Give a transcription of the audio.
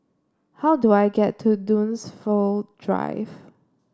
how do I get to Dunsfold Drive